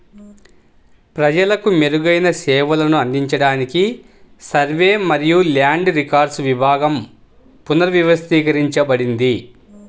ప్రజలకు మెరుగైన సేవలను అందించడానికి సర్వే మరియు ల్యాండ్ రికార్డ్స్ విభాగం పునర్వ్యవస్థీకరించబడింది